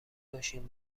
باشین